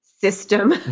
system